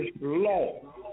law